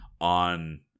on